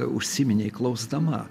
užsiminei klausdama